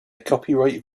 copyright